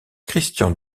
christian